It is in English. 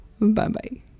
Bye-bye